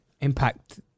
impact